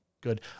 good